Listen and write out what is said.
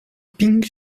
pink